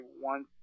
one